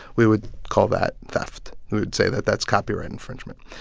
we would call that theft. we would say that that's copyright infringement.